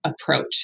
approach